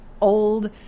old